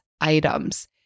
items